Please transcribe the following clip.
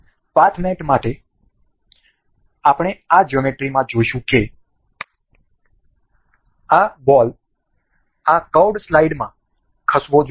path મેટ માટે આપણે આ જ્યોમેટ્રીમાં જોશું કે આ બોલ આ કર્વડ સ્લાઇડમાં ખસવો જોઈએ